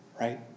Right